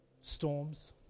storms